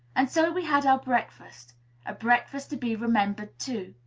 and so we had our breakfast a breakfast to be remembered, too.